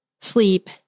sleep